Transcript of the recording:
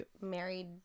married